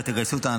תודה.